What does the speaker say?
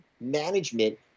management